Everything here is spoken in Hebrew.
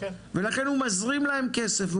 ולכן הוא מזרים להם יותר כסף.